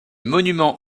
monuments